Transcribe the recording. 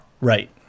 Right